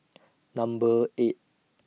Number eight